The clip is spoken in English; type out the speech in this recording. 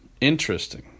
interesting